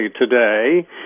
today